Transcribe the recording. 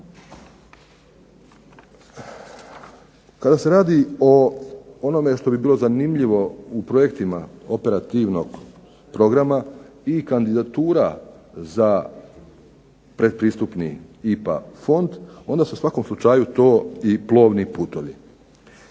Kada se radi o onome što bi bilo zanimljivo u projektima operativnog programa i kandidatura za pretpristupni IPA fond onda su u svakom slučaju to plovni putovi.